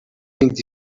vint